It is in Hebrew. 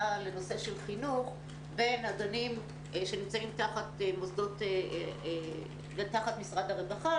בנושא של חינוך בין הגנים שנמצאים תחת משרד הרווחה,